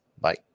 Bye